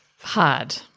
Hard